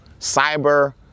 Cyber